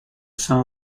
some